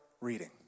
reading